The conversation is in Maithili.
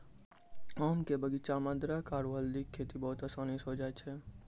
आम के बगीचा मॅ अदरख आरो हल्दी के खेती बहुत आसानी स होय जाय छै